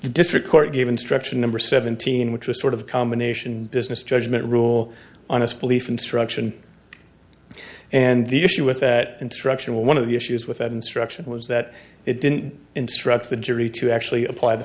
district court gave instruction number seventeen which was sort of combination business judgment rule honest belief instruction and the issue with that instruction one of the issues with that instruction was that it didn't instruct the jury to actually apply the